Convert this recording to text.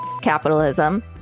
capitalism